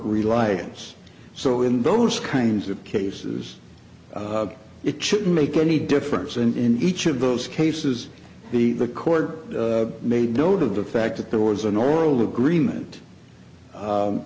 reliance so in those kinds of cases it shouldn't make any difference and in each of those cases the the court made note of the fact that there was an oral agreement